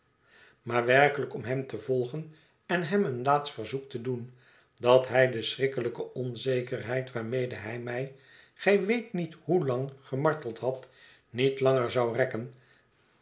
maar werkelijk om hem te volgen en hem een laatst verzoek te doen dat hij de schrikkelijke onzekerheid waarmede hij mij gij weet niet hoe lang gemarteld had niet langer zou rekken